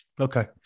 Okay